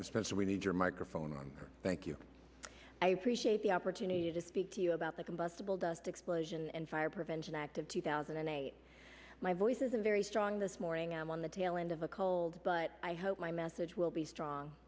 spencer we need your microphone on thank you i appreciate the opportunity to speak to you about the combustible dust explosion and fire prevention act of two thousand and eight my voice is a very strong this morning i'm on the tail end of a cold but i hope my message will be strong